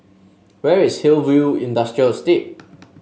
where is Hillview Industrial Estate